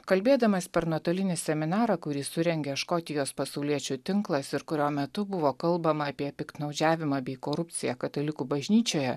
kalbėdamas per nuotolinį seminarą kurį surengė škotijos pasauliečių tinklas ir kurio metu buvo kalbama apie piktnaudžiavimą bei korupciją katalikų bažnyčioje